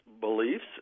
beliefs